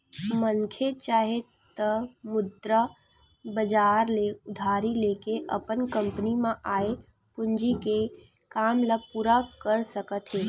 मनखे चाहे त मुद्रा बजार ले उधारी लेके अपन कंपनी म आय पूंजी के काम ल पूरा कर सकत हे